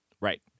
Right